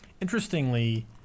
Interestingly